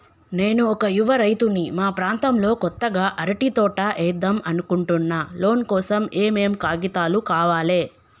నేను ఒక యువ రైతుని మా ప్రాంతంలో కొత్తగా అరటి తోట ఏద్దం అనుకుంటున్నా లోన్ కోసం ఏం ఏం కాగితాలు కావాలే?